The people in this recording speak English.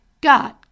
God